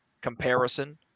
comparison